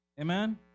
Amen